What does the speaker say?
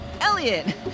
Elliot